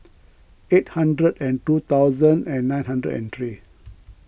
eight hundred and two thousand and nine hundred and three